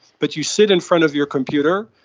but you sit in front of your computer,